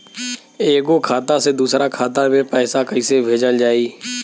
एगो खाता से दूसरा खाता मे पैसा कइसे भेजल जाई?